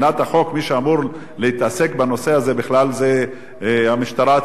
מי שאמור להתעסק בנושא הזה זו בכלל המשטרה הצבאית.